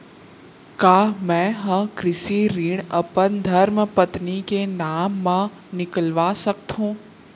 का मैं ह कृषि ऋण अपन धर्मपत्नी के नाम मा निकलवा सकथो?